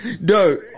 No